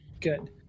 good